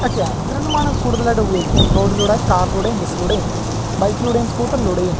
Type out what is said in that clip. ഒക്കെയാണ് ഇത് രണ്ടുമാണ് കൂടുതലായിട്ട് ഉപയോഗിക്കുന്നത് റോഡിലൂടെ കാറിലൂടെയും ബസ്സിലൂടെയും ബൈക്കിലൂടെയും സ്കൂട്ടറിലൂടെയും